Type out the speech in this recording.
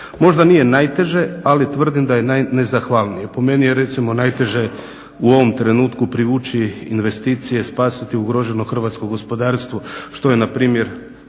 Možda nije najteže, ali tvrdim da je najnezahvalnije. Po meni je recimo najteže u ovom trenutku privući investicije, spasiti ugroženo hrvatsko gospodarstvo što je npr.